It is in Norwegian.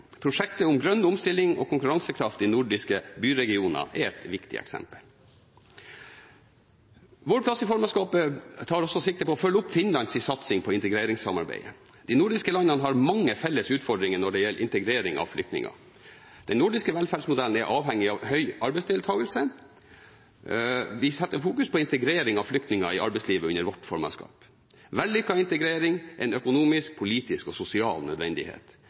Prosjektet om grønn omstilling og konkurransekraft i nordiske byregioner er et viktig eksempel. Vår plass i formannskapet tar også sikte på å følge opp Finlands satsing på integreringssamarbeidet. De nordiske landene har mange felles utfordringer når det gjelder integrering av flyktninger. Den nordiske velferdsmodellen er avhengig av høy arbeidsdeltakelse. Vi fokuserer på integrering av flyktninger i arbeidslivet under vårt formannskap. Vellykket integrering er en økonomisk, politisk og sosial nødvendighet.